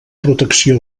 protecció